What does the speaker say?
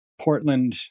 Portland